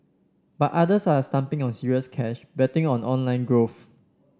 but others are stumping on serious cash betting on online growth